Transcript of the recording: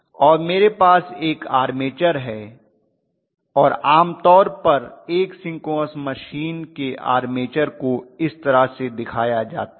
और मेरे पास एक आर्मेचर है और आम तौर पर एक सिंक्रोनस मशीन के आर्मेचर को इस तरह दिखाया जाता है